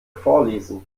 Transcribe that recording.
vorlesen